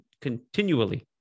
continually